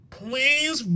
please